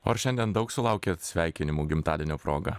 o ar šiandien daug sulaukėt sveikinimų gimtadienio proga